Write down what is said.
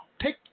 take